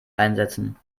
einsetzen